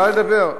אפשר לדבר.